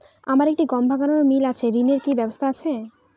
আমার একটি গম ভাঙানোর মিল আছে ঋণের কি ব্যবস্থা আছে?